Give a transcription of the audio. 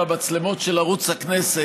מהמצלמות של ערוץ הכנסת,